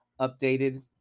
updated